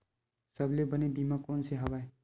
सबले बने बीमा कोन से हवय?